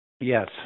Yes